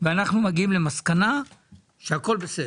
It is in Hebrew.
ואנחנו מגיעים למסקנה שהכול בסדר,